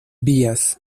vías